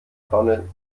vorne